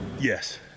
Yes